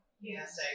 Yes